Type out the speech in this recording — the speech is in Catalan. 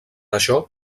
això